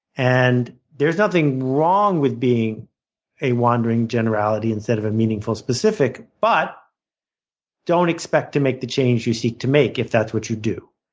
and there's nothing wrong with being a wandering generality instead of a meaningful specific but don't expect to make the change you seek to make if that's what you do.